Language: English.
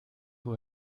who